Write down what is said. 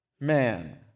man